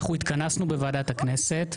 אנחנו התכנסנו בוועדת הכנסת.